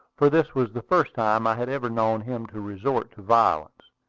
for this was the first time i had ever known him to resort to violence,